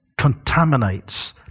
contaminates